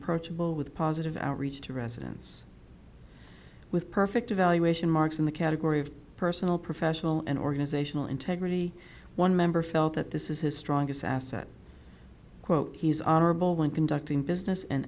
approachable with positive outreach to residents with perfect evaluation marks in the category of personal professional and organizational integrity one member felt that this is his strongest asset quote he is honorable when conducting business and